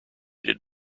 did